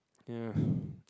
ya